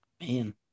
Man